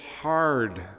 hard